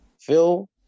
phil